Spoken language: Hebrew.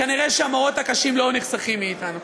כנראה שהמראות הקשים לא היו נחסכים מאתנו.